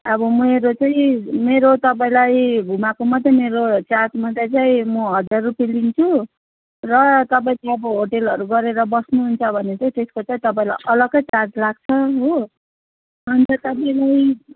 अब मेरो चाहिँ मेरो तपाईँलाई घुमाएको मात्रै मेरो चार्ज मात्रै चाहिँ म हजार रुपियाँ लिन्छु र तपाईँ त्यहाँ अब होटेलहरू गरेर बस्नुहुन्छ भने चाहिँ त्यसको चाहिँ तपाईँलाई अलग्गै चार्ज लाग्छ हो अनि त तपाईँले